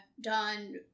done